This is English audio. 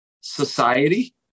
society